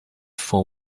for